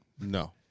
No